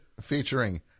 featuring